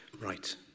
Right